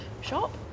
shop